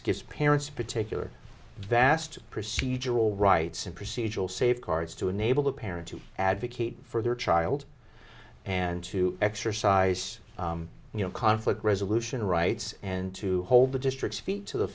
gives parents particular vast procedural rights and procedural safeguards to enable the parent to advocate for their child and to exercise you know conflict resolution rights and to hold the district's feet to the